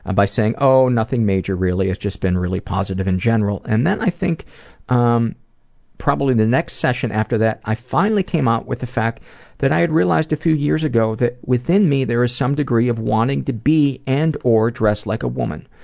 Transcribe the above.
ah by saying oh, nothing major, really, it's just been really positive in general' and then i think um probably the next session after that i finally came out with the fact that i had realized a few years ago that within me there is some degree of wanting to be and or dress like a woman.